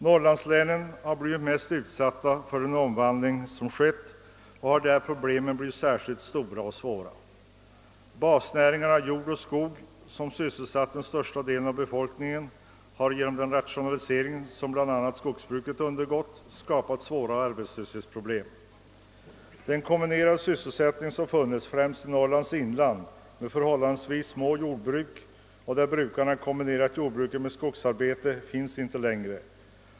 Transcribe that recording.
Norrlandslänen har varit mest utsatta i den omvandling som försiggått, och problemen har därför blivit särskilt stora och svåra där. I basnäringarna jordoch skogsbruk som sysselsatt den största delen av befolkningen har rationaliseringen skapat svåra arbetslöshetsproblem. Den kombinerade sysselsättning som tidigare funnits — främst i Norrlands inland med de förhållandevis små jordbruk som där förekommer — och där brukarna kombinerat jordbruket med skogsarbete, finns inte längre.